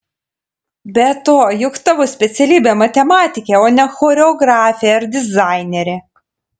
be to juk tavo specialybė matematikė o ne choreografė ar dizainerė